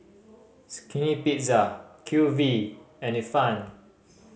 Skinny Pizza Q V and Ifan